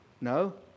No